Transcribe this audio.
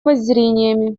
воззрениями